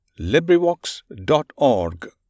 LibriVox.org